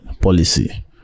policy